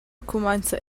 cumainza